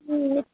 हम